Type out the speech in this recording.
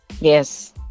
Yes